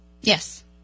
yes